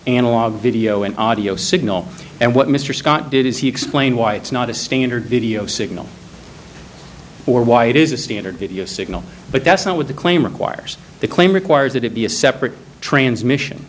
analog video and audio signal and what mr scott did is he explain why it's not a standard video signal or why it is a standard video signal but that's not what the claim requires the claim requires that it be a separate transmission